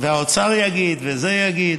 האוצר יגיד וזה יגיד,